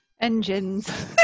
Engines